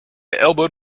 elbowed